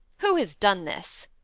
who has done this?